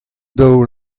daol